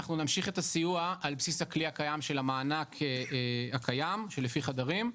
אנחנו נמשיך את הסיוע על בסיס הכלי הקיים של המענק הקיים שלפי חדרים.